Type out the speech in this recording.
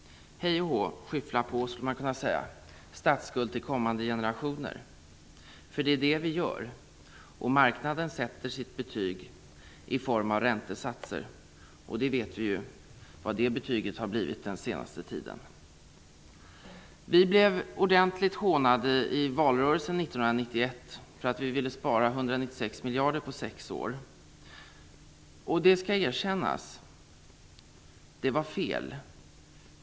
Hej och hå, skyffla på, skulle man kunna säga, statsskuld till kommande generationer. För det är det vi gör. Marknaden sätter sitt betyg i form av räntesatser, och vad det betyget har blivit den senaste tiden vet vi. Vi blev ordentligt hånade i valrörelsen 1991 för att vi ville spara 196 miljarder på sex år. Det skall erkännas, det var fel.